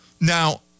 Now